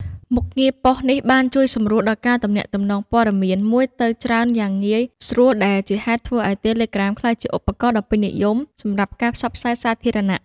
មុខងារប៉ុស្តិ៍នេះបានជួយសម្រួលដល់ការទំនាក់ទំនងព័ត៌មានពីមួយទៅច្រើនយ៉ាងងាយស្រួល ដែលជាហេតុធ្វើឲ្យ Telegram ក្លាយជាឧបករណ៍ដ៏ពេញនិយមសម្រាប់ការផ្សព្វផ្សាយសាធារណៈ។